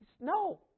No